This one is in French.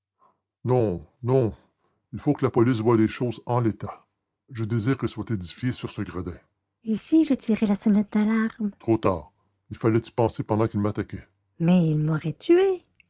non non il faut que la police voie les choses en l'état je désire qu'elle soit édifiée sur ce gredin et si je tirais la sonnette d'alarme trop tard il fallait y penser pendant qu'il m'attaquait mais il m'aurait tuée